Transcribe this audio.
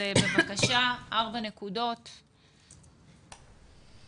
יצאתי לפני הפגישה ושוחחתי עם אחראית על המשל"ט שלנו.